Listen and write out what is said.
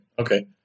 Okay